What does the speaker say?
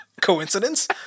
coincidence